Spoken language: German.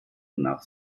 nach